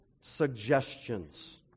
suggestions